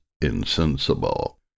insensible